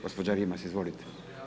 Gospođa Rimac, izvolite.